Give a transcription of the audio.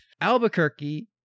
Albuquerque